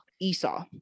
Esau